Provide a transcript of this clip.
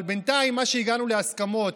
אבל בינתיים הגענו להסכמות,